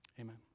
Amen